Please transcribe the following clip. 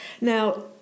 Now